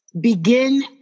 begin